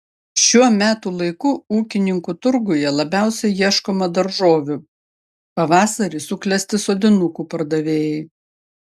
šiuo metų laiku ūkininkų turguje labiausiai ieškoma daržovių pavasarį suklesti sodinukų pardavėjai